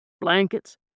blankets